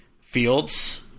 fields